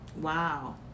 Wow